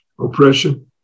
oppression